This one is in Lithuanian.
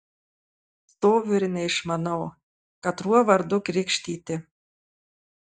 stoviu ir neišmanau katruo vardu krikštyti